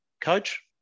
Coach